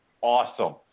awesome